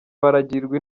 baragirwa